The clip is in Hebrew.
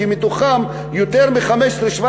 יותר מ-15,000,